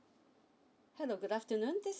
hello good afternoon this